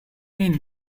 end